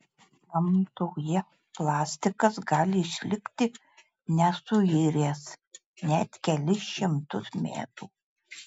gamtoje plastikas gali išlikti nesuiręs net kelis šimtus metų